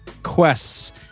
Quests